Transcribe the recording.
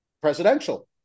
presidential